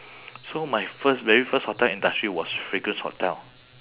so my first very first hotel industry was fragrance hotel